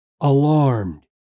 alarmed